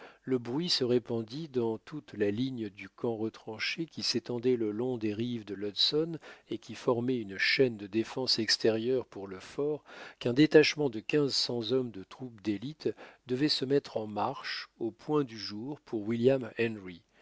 le bruit se répandit dans toute la ligne du camp retranché qui s'étendait le long des rives de l'hudson et qui formait une chaîne de défense extérieure pour le fort qu'un détachement de quinze cents hommes de troupes d'élite devait se mettre en marche au point du jour pour william henry